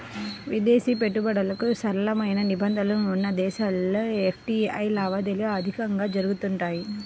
విదేశీ పెట్టుబడులకు సరళమైన నిబంధనలు ఉన్న దేశాల్లో ఎఫ్డీఐ లావాదేవీలు అధికంగా జరుగుతుంటాయి